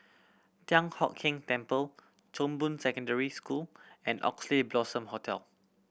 Thian Hock Keng Temple Chong Boon Secondary School and Oxley Blossom Hotel